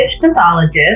pathologist